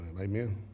Amen